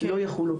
לא יחולו.